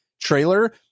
trailer